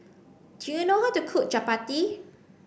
do you know how to cook Chappati